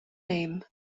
name